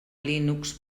linux